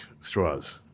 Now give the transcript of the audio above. straws